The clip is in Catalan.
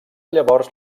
llavors